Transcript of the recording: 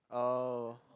oh